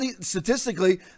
Statistically